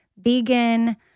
vegan